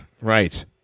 Right